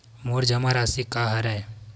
मोर जमा राशि का हरय?